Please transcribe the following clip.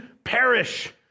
Perish